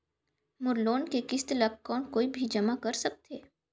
मोर loan के किस्त ल कौन कोई भी जमा कर सकथे?